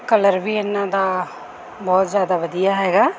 colour ਵੀ ਇਹਨਾਂ ਦਾ ਬਹੁਤ ਜ਼ਿਆਦਾ ਵਧੀਆ ਹੈਗਾ